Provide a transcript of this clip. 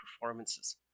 performances